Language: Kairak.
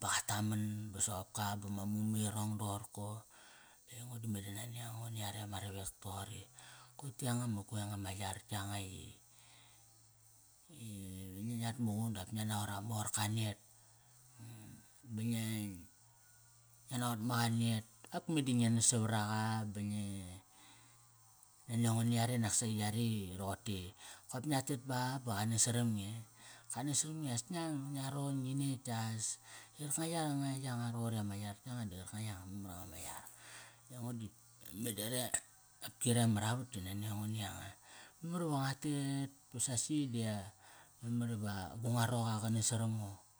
Ba qa taman ba soqop ka ba ma mume irong doqorko, aingo di meda nani ango ni yare ama ravek toqori, kio ti yanga ma gueng nga ma yar yanga i, i ve ngiat muqun dap ngia naqot ama orka net. Ba ngia, nga naqot maqa net. Ak meda ngi nas savaraqa ba ngi, nania ngo ni yare naksasi, yare i roqote i kop ngia te pa ba qa nas saram nge eh? Ka nas saram nge i as ngiang, ngia ron, ngi netk as. Qarkanga yanga, yanga roqori ama yar yanga di qarkanga yanga ama mar nga ma yar. Aingo di meda re, qopki re mar avat ti nani angi ni yanga. Memar iva ngua tet ba sasi dia, memar iva gu nga roqa qa nas saram ngo.